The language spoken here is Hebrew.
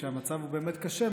כשהמצב הוא באמת קשה,